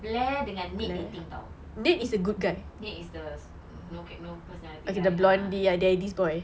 blair dengan nick dating [tau] nick is the no personality guy ah